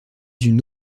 une